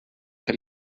que